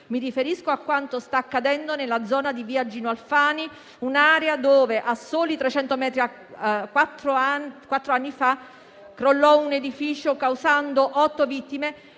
Mi riferisco a quanto sta accadendo nella zona di via Gino Alfani, un'area dove, a soli 300 metri, quattro anni fa crollò un edificio, causando otto vittime